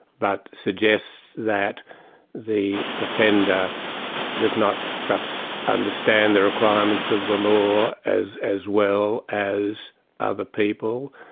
but suggests that the offender does not perhaps understand the requirements of the law as as well as other people,